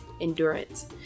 endurance